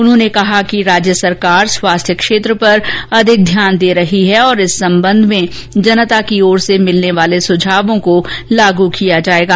उन्होंने कहा कि राज्य सरकार स्वास्थ्य क्षेत्र पर अधिक ध्यान दे रही है और इस संबंध में जनता की ओर से मिलने वाले सुझावों को लागू किया जायेगा